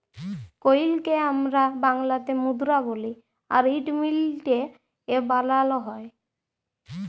কইলকে আমরা বাংলাতে মুদরা বলি আর ইট মিলটে এ বালালো হয়